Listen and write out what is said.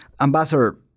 Ambassador